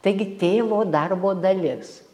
taigi tėvo darbo dalis